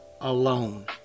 alone